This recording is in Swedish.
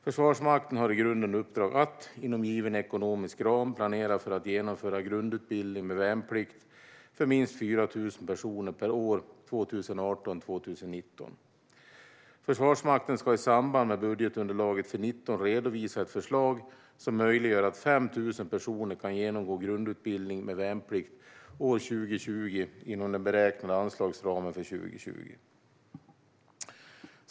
Försvarsmakten har i uppdrag att, inom given ekonomisk ram, planera för att genomföra grundutbildning med värnplikt för minst 4 000 personer per år 2018 och 2019. Försvarsmakten ska i samband med budgetunderlaget för 2019 redovisa ett förslag som möjliggör att 5 000 personer kan genomgå grundutbildning med värnplikt år 2020 inom den beräknade anslagsramen för 2020.